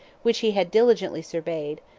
which he had diligently surveyed,